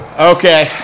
Okay